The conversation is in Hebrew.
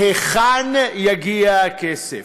מהיכן יגיע הכסף?